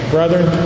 Brethren